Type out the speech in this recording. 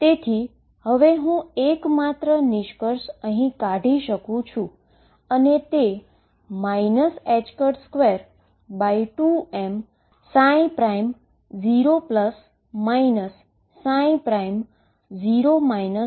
તેથી હવે હું એકમાત્ર નિષ્કર્ષ કાઢી શકું છું તે 22m0 0 V0ψ છે